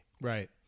Right